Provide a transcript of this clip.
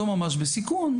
לא ממש בסיכון,